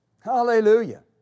Hallelujah